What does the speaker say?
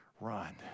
run